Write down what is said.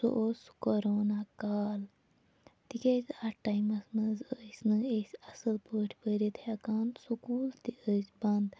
سُہ اوس سُہ کَرونا کال تِکیٛازِ اَتھ ٹایمَس منٛز ٲسۍ نہٕ أسۍ اَصٕل پٲٹھۍ پٔرِتھ ہٮ۪کان سکوٗل تہِ ٲسۍ بنٛد